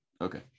okay